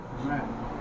Amen